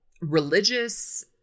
religious